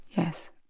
Yes